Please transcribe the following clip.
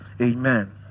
Amen